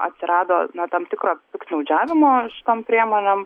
atsirado na tam tikro piktnaudžiavimo tom priemonėm